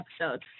episodes